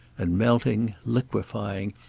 and melting, liquefying,